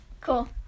Cool